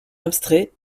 abstrait